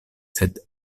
sed